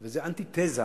וזה אנטיתזה